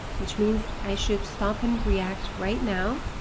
which means i should stop and react right now,